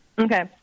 Okay